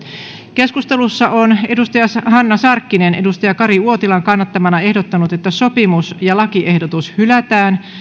keskustelussa on hanna sarkkinen kari uotilan kannattamana ehdottanut että sopimus ja lakiehdotus hylätään